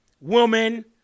woman